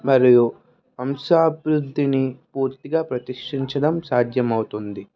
మరియు వంశాభివృద్ధిని పూర్తిగా ప్రతిష్టించడం సాధ్యమవుతుంది